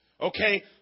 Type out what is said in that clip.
okay